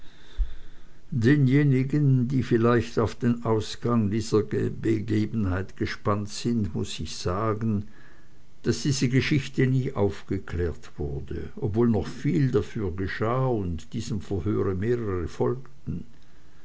denjenigen die vielleicht auf den ausgang dieser begebenheit gespannt sind muß ich sagen daß diese geschichte nie aufgeklärt wurde obwohl noch viel dafür geschah und diesem verhöre mehrere folgten